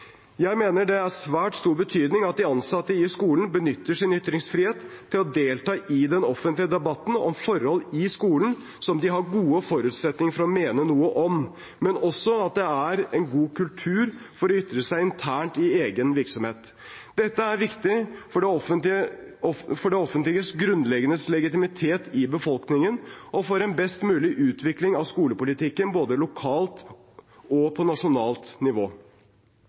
Jeg mener det har svært stor betydning at de ansatte i skolen benytter sin ytringsfrihet til å delta i den offentlige debatten om forhold i skolen, som de har gode forutsetninger for å mene noe om, men også at det er god kultur for å ytre seg internt i egen virksomhet. Dette er viktig for det offentliges grunnleggende legitimitet i befolkningen og for en best mulig utvikling av skolepolitikken på både lokalt og nasjonalt nivå.